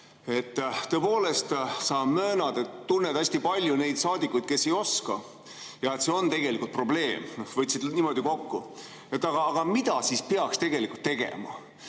Tõepoolest, sa möönad, et tunned hästi palju neid saadikuid, kes ei oska [eesti keelt], ja et see on tegelikult probleem. Võtsid niimoodi kokku. Aga mida siis peaks tegelikult tegema?